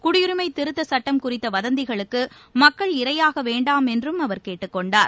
குடியுரிமை திருத்தச்சட்டம் குறித்த வதந்திகளுக்கு மக்கள் இரையாக வேண்டாம் என்றும் அவர் கேட்டுக்கொண்டார்